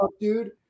dude